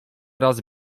razy